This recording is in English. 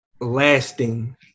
lasting